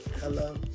Hello